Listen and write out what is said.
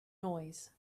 noise